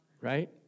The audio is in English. right